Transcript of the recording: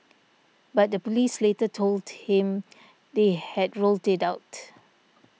but the police later told him they had ruled it out